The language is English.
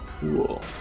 Cool